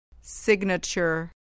Signature